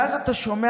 ואז אתה שומע,